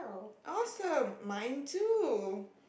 awesome mine too